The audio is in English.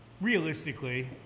realistically